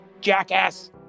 jackass